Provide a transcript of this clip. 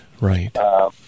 Right